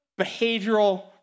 behavioral